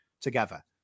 together